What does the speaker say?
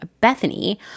Bethany